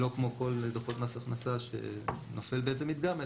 לא כמו כל דוחות מס הכנסה שנופל במדגם,